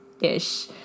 ish